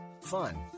fun